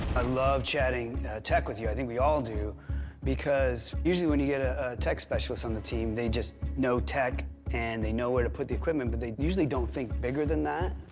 i love chatting tech with you. i think we all do because usually when you get a tech specialist on the team they just know tech and they know where to put the equipment, but they usually don't think bigger than that.